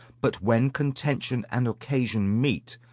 but when contention and occasion meet,